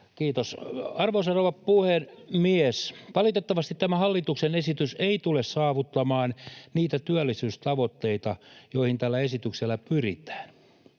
kiitos. — Arvoisa rouva puhemies! Valitettavasti tämä hallituksen esitys ei tule saavuttamaan niitä työllisyystavoitteita, joihin tällä esityksellä pyritään.